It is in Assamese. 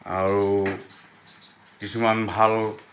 আৰু কিছুমান ভাল